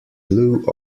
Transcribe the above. blew